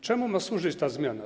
Czemu ma służyć ta zmiana?